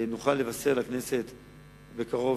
שבקרוב